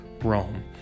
Rome